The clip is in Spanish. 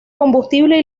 combustible